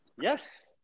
Yes